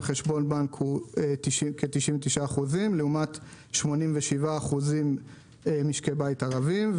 חשבון בנק הוא כ-99% לעומת 87% במשקי בית ערביים.